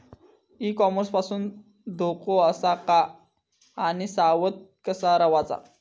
E commerce पासून धोको आसा काय आणि सावध कसा रवाचा?